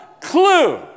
clue